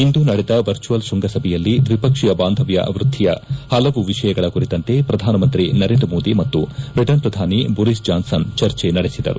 ಇಂದು ನಡೆದ ವರ್ಚುಯಲ್ ಶೈಂಗಸಭೆಯಲ್ಲಿ ದ್ವಿಪಕ್ಷೀಯ ಬಾಂಧವ್ಯ ವೈದ್ಧಿಯ ಹಲವು ವಿಷಯಗಳ ಕುರಿತಂತೆ ಪ್ರಧಾನಮಂತ್ರಿ ನರೇಂದ್ರ ಮೋದಿ ಮತ್ತು ಬ್ರಿಟನ್ ಪ್ರಧಾನಿ ಬೋರಿಸ್ ಜಾನ್ಸನ್ ಚರ್ಚೆ ನಡೆಸಿದರು